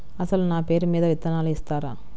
అసలు నా పేరు మీద విత్తనాలు ఇస్తారా?